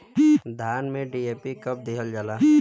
धान में डी.ए.पी कब दिहल जाला?